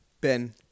Ben